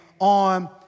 on